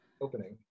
opening